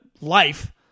life